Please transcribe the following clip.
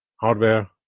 hardware